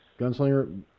Gunslinger